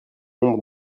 nombre